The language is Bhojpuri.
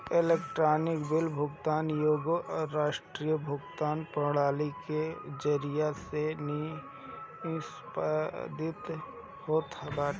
इलेक्ट्रोनिक बिल भुगतान एगो राष्ट्रीय भुगतान प्रणाली के जरिया से निष्पादित होत बाटे